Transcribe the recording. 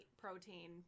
protein